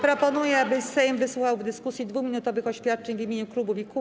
Proponuję, aby Sejm wysłuchał w dyskusji 2-minutowych oświadczeń w imieniu klubów i kół.